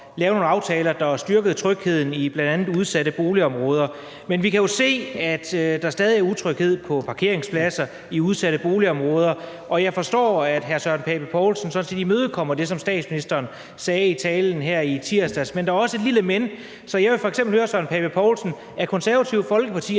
lave nogle aftaler, der styrkede trygheden i bl.a. udsatte boligområder. Men vi kan jo se, at der stadig er utryghed på parkeringspladser i udsatte boligområder, og jeg forstår, at hr. Søren Pape Poulsen så imødekommer det, som statsministeren sagde i talen her i tirsdags. Men der er også et lille »men«. Jeg vil f.eks. høre hr. Søren Pape Poulsen, om Det Konservative Folkeparti er